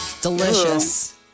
Delicious